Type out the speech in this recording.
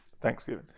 thanksgiving